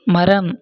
மரம்